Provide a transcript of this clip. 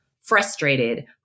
frustrated